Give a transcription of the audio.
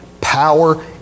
power